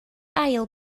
ail